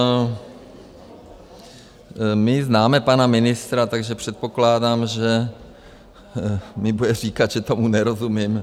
No, my známe pana ministra, takže předpokládám, že mi bude říkat, že tomu nerozumím.